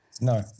no